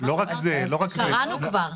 קראנו כבר.